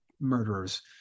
murderers